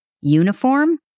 uniform